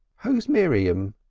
who was miriam?